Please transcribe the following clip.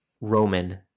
Roman